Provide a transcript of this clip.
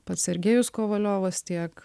pats sergėjus kovaliovas tiek